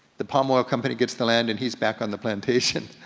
the palm oil company gets the land and he's back on the plantation,